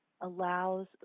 allows –